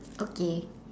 okay